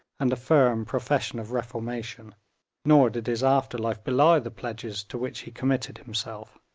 and a firm profession of reformation nor did his after life belie the pledges to which he committed himself.